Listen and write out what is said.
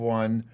one